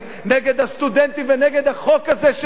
נגד הסטודנטים ונגד החוק הזה שלי,